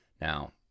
Now